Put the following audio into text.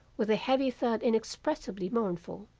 with a heavy thud inexpressibly mournful,